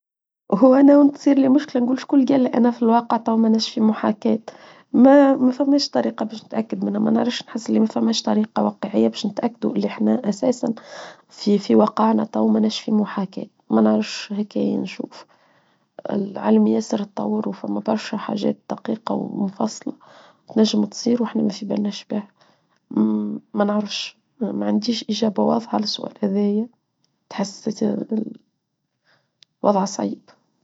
وهوانا وانت تصير لي مشكلة نقولش كل جالة أنا في الواقع طوما ناش في محاكاة ما مفهماش طريقة باش نتأكد منها ما نعرفش نحسن لي مفهماش طريقة واقعية باش نتأكد وانا احنا اساسا في واقعنا طوما ناش في محاكاة ما نعرفش هيكاية نشوف العلم ياسر التطور وفرما برشا حاجات تقيقة ومنفصلة تنجم تصير وانا ما في برناش باع ما نعرفش ما عنديش إجابة واضحة لسؤال إذا هي تحسست وضع صعيب.